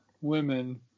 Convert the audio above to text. women